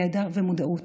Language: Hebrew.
ידע ומודעות.